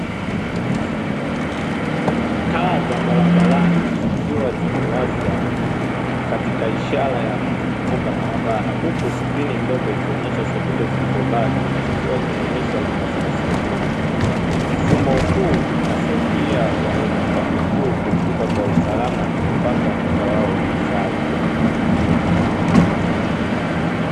Taa za barabarani zikiwa kimewashwa katika ishara ya mtu kuvuka barabara; huku skrini ndogo ikionesha sekunde zilizobaki zikiwa zinaonesha namba thelathini na nane, mfumo huu inawasaidia waenda kwa miguu kuvuka kwa usalama na kupanga mda wao ipasavyo.